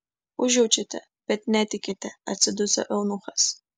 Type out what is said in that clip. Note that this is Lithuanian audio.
užjaučiate bet netikite atsiduso eunuchas